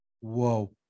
whoa